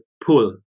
pull